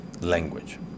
language